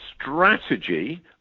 strategy